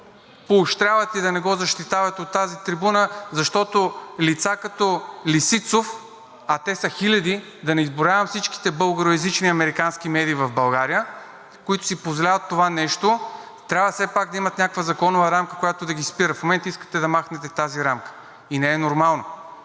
поощрявате и да не го защитавате от тази трибуна, защото лица като Лисицов, а те са хиляди – да не изброявам всичките българоезични американски медии в България, които си позволяват това нещо. Трябва все пак да има някаква законова рамка, която да ги спира, а в момента искате да махнете тази рамка и това не е нормално.